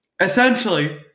essentially